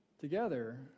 Together